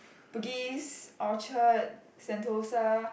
Bugis Orchard Sentosa